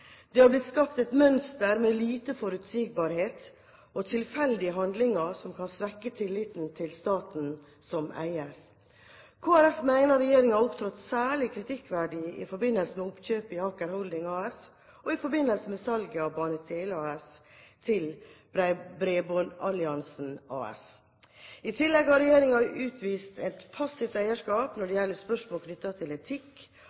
Det har blitt skapt et mønster med lite forutsigbarhet og tilfeldige handlinger, som kan svekke tilliten til staten som eier. Kristelig Folkeparti mener regjeringen har opptrådt særlig kritikkverdig i forbindelse med oppkjøpet i Aker Holding AS og i forbindelse med salget av BaneTele AS til Bredbåndsalliansen AS. I tillegg har regjeringen utvist et passivt eierskap når det gjelder spørsmål knyttet til etikk